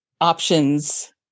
options